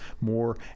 more